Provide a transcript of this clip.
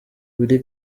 willy